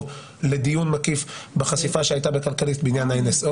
בדיון מקיף בחשיפה שהייתה ב"כלכליסט" בעניין ה-NSO.